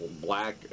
black